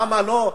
למה לא?